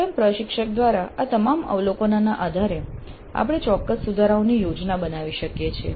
સ્વયં પ્રશિક્ષક દ્વારા આ તમામ અવલોકનોના આધારે આપણે ચોક્કસ સુધારાઓની યોજના બનાવી શકીએ છીએ